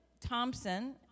Thompson